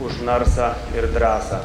už narsą ir drąsą